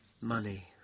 Money